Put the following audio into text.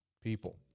people